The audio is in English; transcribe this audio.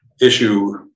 issue